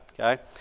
okay